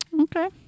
Okay